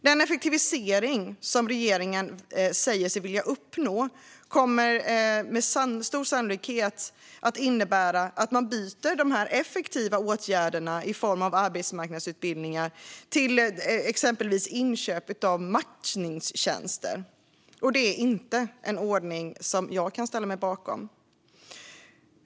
Den effektivisering som regeringen säger sig vilja uppnå kommer med stor sannolikhet att innebära att man byter effektiva åtgärder i form av arbetsmarknadsutbildningar mot exempelvis inköp av matchningstjänster. Det är inte en ordning jag kan ställa mig bakom.